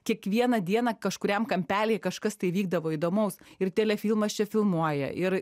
kiekvieną dieną kažkuriam kampelyje kažkas tai vykdavo įdomaus ir tele filmas čia filmuoja ir